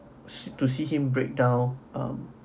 see to see him breakdown um